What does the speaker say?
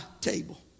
table